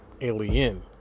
alien